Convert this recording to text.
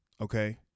okay